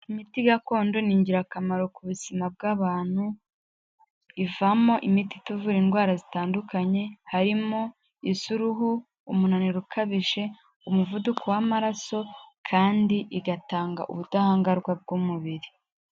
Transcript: Imiti gakondo ni ingirakamaro ku buzima bw'abantu, ivamo imiti ituvura indwara zitandukanye, harimo iz'uruhu, umunaniro ukabije, umuvuduko w'amaraso kandi igatanga ubudahangarwa bw'umubiri.